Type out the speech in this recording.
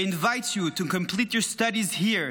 We invite you to complete your studies here,